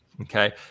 okay